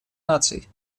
наций